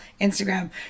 Instagram